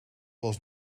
was